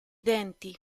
denti